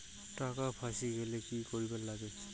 টাকা ফাঁসি গেলে কি করিবার লাগে?